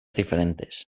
diferentes